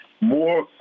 more